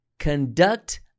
conduct